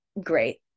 great